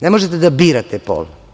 Ne možete da birate pol.